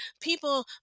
people